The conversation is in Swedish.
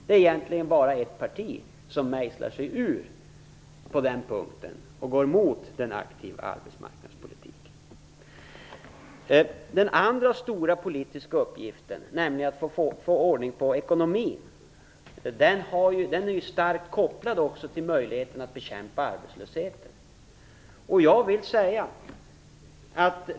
Det är egentligen bara ett parti som mejslar sig ur på den punkten och som går emot den aktiva arbetsmarknadspolitiken. Den andra stora politiska uppgiften att få ordning på ekonomin är starkt kopplad till möjligheten att bekämpa arbetslösheten.